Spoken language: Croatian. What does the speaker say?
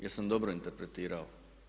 Jesam dobro interpretirao?